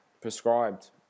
prescribed